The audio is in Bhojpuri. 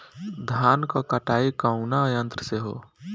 धान क कटाई कउना यंत्र से हो?